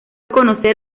conocer